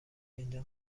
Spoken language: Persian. فنجان